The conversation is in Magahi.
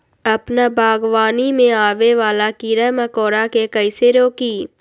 अपना बागवानी में आबे वाला किरा मकोरा के कईसे रोकी?